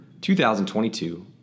2022